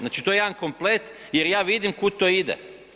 Znači to je jedan komplet jer ja vidim kud to ide.